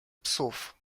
psów